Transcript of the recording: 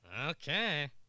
Okay